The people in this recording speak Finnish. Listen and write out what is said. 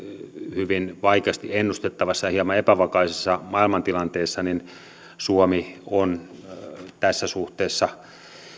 hyvin vaikeasti ennustettavassa ja hieman epävakaisessa maailman tilanteessa suomi on tässä suhteessa